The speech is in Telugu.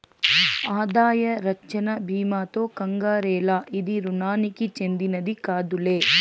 ఆదాయ రచ్చన బీమాతో కంగారేల, ఇది రుణానికి చెందినది కాదులే